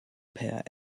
per